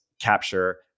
capture